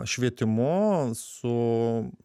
švietimu su